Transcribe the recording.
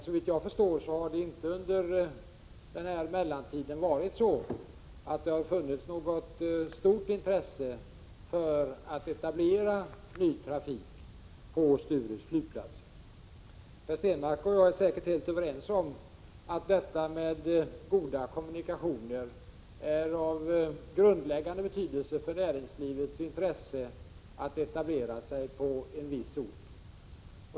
Såvitt jag förstår, har det inte under den här mellantiden funnits något stort intresse för att etablera flygtrafik på Sturups flygplats. Per Stenmarck och jag är säkert helt överens om att goda kommunikatio ner är av grundläggande betydelse för näringslivets intresse att etablera sigpå Prot. 1986/87:44 en viss ort.